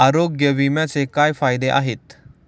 आरोग्य विम्याचे काय फायदे आहेत?